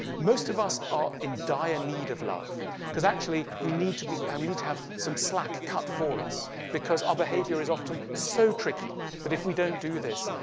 most of us are in dire need of love because actually we need to be we need to have some slack cut for us because our behavior is often so tricky that if we don't do this,